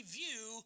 view